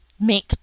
make